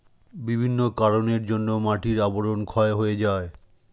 বিভিন্ন কারণের জন্যে মাটির আবরণ ক্ষয় হয়ে যায়